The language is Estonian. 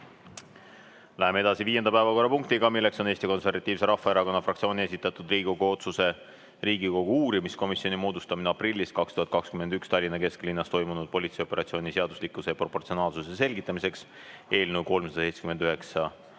Läheme edasi viienda päevakorrapunktiga. Eesti Konservatiivse Rahvaerakonna fraktsiooni esitatud Riigikogu otsuse "Riigikogu uurimiskomisjoni moodustamine aprillis 2021 Tallinna kesklinnas toimunud politseioperatsiooni seaduslikkuse ja proportsionaalsuse selgitamiseks" eelnõu 379